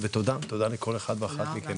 תודה רבה לכל אחד ואחת מכם,